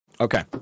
Okay